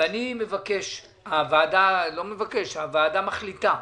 הוועדה מחליטה